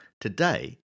Today